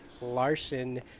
Larson